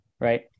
right